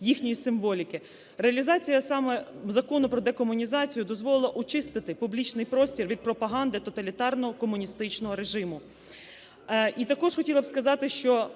їхньої символіки". Реалізація саме Закону про декомунізацію дозволила очистити публічний простір від пропаганди тоталітарного комуністичного режиму. І також хотіла б сказати, що